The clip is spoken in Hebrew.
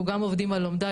אנחנו גם עובדים על לומדה.